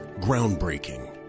Groundbreaking